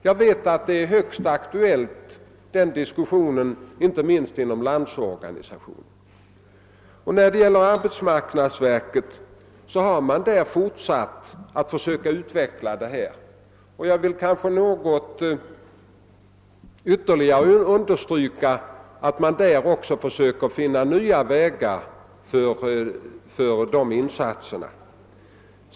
Denna diskussion är högst aktuell inte minst inom Landsorganisationen. Arbetsmarknadsverket fortsätter också med detta utvecklingsarbete och försöker finna nya vägar för insatserna.